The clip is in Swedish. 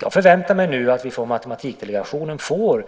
Jag förväntar mig nu att Matematikdelegationen lämnar